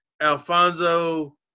Alfonso